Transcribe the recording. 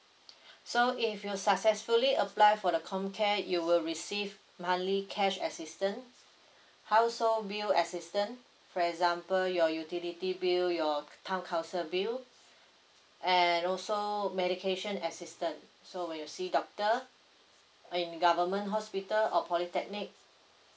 so if you successfully apply for the com care you will receive monthly cash assistant household bill assistant for example your utility bill your town council bill and also medication assistant so when you see doctor in government hospital or polytechnic